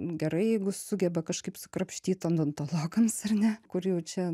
gerai jeigu sugeba kažkaip sukrapštyt odontologams ar ne kur jau čia